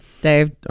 Dave